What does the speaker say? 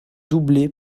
doublé